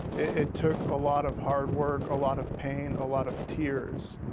it took a lot of hard work, a lot of pain, a lot of tears.